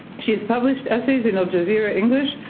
she has published essays in al jazeera english,